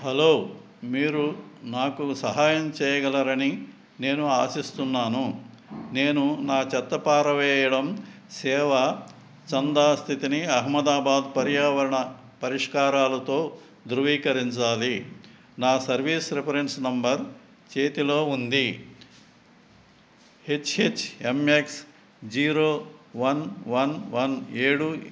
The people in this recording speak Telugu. హలో మీరు నాకు సహాయం చేయగలరని నేను ఆశిస్తున్నాను నేను నా చెత్త పారవేయడం సేవ చందా స్థితిని అహ్మదాబాద్ పర్యావరణ పరిష్కారాలతో ధ్రువీకరించాలి నా సర్వీస్ రిఫరెన్స్ నెంబర్ చేతిలో ఉంది H H M X zero one one one ఏడు